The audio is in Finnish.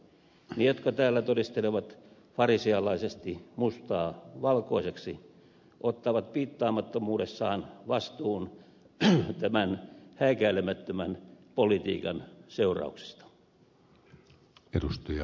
ne jotka täällä todistelevat farisealaisesti mustaa valkoiseksi ottavat piittaamattomuudessaan vastuun tämän häikäilemättömän politiikan seurauksista